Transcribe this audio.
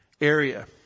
area